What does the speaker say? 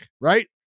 Right